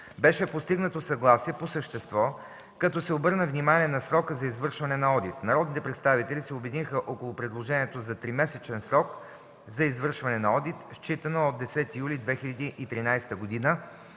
Беше постигнато съгласие по същество, като се обърна внимание на срока за извършване на одит. Народните представители се обединиха около предложението за тримесечен срок за извършване на одит, считано от 10 юли 2013 г.